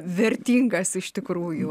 vertingas iš tikrųjų